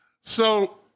So-